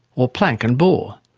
or planck and bohr,